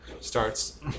starts